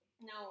No